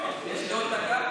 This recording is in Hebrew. עוד דקה?